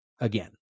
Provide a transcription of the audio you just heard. again